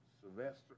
Sylvester